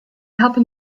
happen